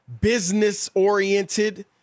business-oriented